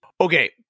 okay